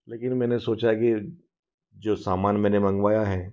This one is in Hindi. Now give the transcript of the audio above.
लेकिन मैंने सोचा की जो सामान मैंने मंगवाया है